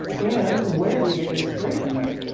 and where do you get your inspiration writing?